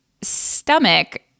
stomach